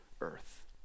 earth